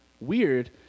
weird